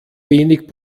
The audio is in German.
wenig